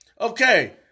Okay